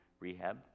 rehab